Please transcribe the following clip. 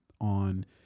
on